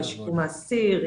עם שיקום האסיר,